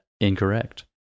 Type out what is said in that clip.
incorrect